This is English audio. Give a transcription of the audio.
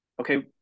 okay